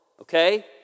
okay